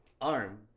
arm